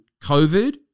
COVID